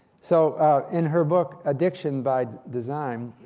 so in her book, addiction by design,